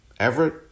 Everett